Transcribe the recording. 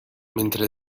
mentre